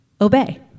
obey